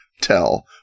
tell